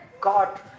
God